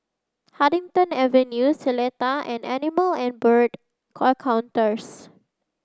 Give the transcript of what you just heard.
Huddington Avenue Seletar and Animal and Bird Encounters